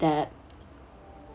that